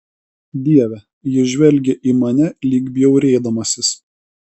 dieve jis žvelgė į mane lyg bjaurėdamasis